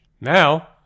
Now